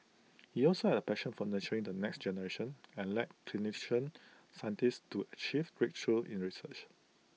he also had A passion for nurturing the next generation and led clinician scientists to achieve breakthroughs in research